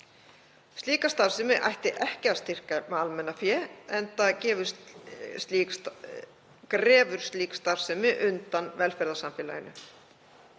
Slíka starfsemi ætti ekki að styrkja með almannafé enda grefur slík starfsemi undan velferðarsamfélaginu.